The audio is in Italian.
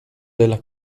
della